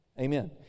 Amen